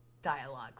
dialogue